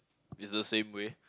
is the same way